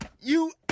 You-